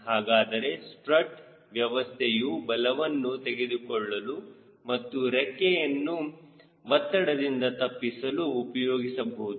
ಹಾಗಾದರೆ ಸ್ಟ್ರಟ್ ವ್ಯವಸ್ಥೆಯು ಬಲವನ್ನು ತೆಗೆದುಕೊಳ್ಳಲು ಮತ್ತು ರೆಕ್ಕೆಯನ್ನು ಒತ್ತಡದಿಂದ ತಪ್ಪಿಸಲು ಉಪಯೋಗಿಸಬಹುದು